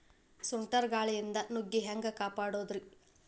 ಸುಂಟರ್ ಗಾಳಿಯಿಂದ ನುಗ್ಗಿ ಹ್ಯಾಂಗ ಕಾಪಡೊದ್ರೇ?